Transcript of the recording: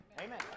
Amen